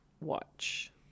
watch